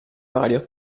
vario